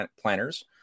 planners